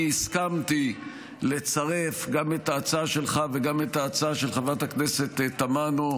אני הסכמתי לצרף גם את ההצעה שלך וגם את ההצעה של חברת הכנסת תמנו,